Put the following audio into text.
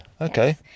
Okay